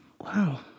wow